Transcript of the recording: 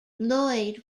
lloyd